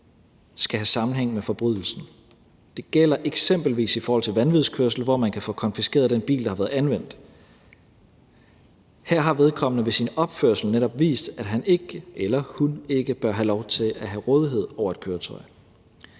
skal have sammenhæng med forbrydelsen. Det gælder eksempelvis i forhold til vanvidskørsel, hvor man kan få konfiskeret den bil, der har været anvendt. Her har vedkommende ved sin opførsel netop vist, at han eller hun ikke bør have lov til at have rådighed over et køretøj.